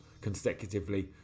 consecutively